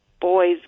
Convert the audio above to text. boys